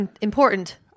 important